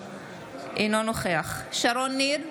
אינו נוכח שרון ניר,